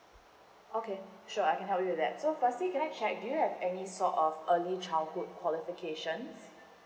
okay sure I can help you with that so firstly can I check do you have any sort of early childhood qualifications